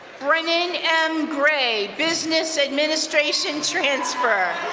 brendan m. gray, business administration transfer.